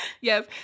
Yes